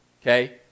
Okay